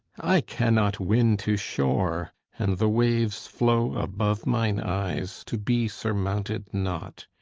i cannot win to shore and the waves flow above mine eyes, to be surmounted not.